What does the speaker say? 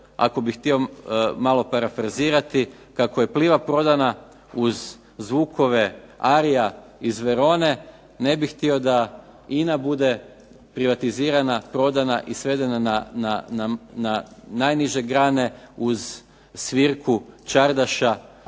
ako bih smio parafrazirati kako je Pliva prodana uz zvukove arija iz Verone, ne bih htio da INA bude privatizirana, prodana i svedena na najniže grane uz svirku čardaša